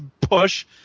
push